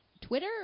Twitter